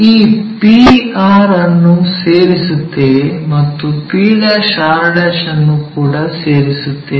ಈ p r ಅನ್ನು ಸೇರಿಸುತ್ತೇವೆ ಮತ್ತು p r ಅನ್ನು ಕೂಡ ಸೇರಿಸುತ್ತೇವೆ